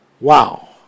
Wow